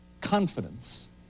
confidence